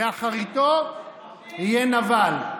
ובאחריתו יהיה נבל.